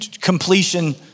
completion